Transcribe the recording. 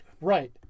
Right